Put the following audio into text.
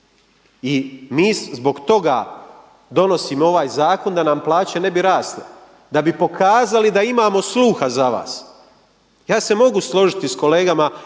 i mi zbog toga donosimo ovaj zakon da nam plaće ne bi rasle, da bi pokazali da imamo sluha za vas. Ja se mogu složiti s kolegama